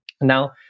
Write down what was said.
Now